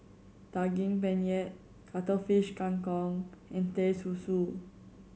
Daging Penyet Cuttlefish Kang Kong and Teh Susu